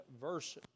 verse